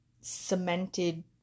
cemented